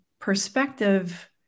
perspective